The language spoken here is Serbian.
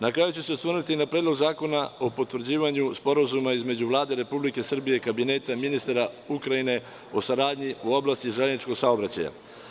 Na kraju ću se osvrnuti na Predlog zakona o potvrđivanju Sporazuma između Vlade Republike Srbije i Kabineta ministara Ukrajine o saradnji u oblasti železničkog saobraćaja.